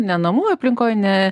ne namų aplinkoj ne